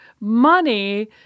money